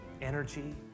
energy